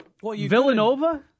Villanova